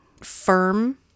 firm